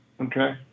Okay